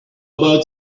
about